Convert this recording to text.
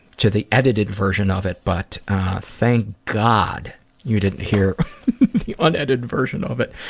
to the edited version of it. but thank god you didn't hear the unedited version of it.